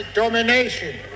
domination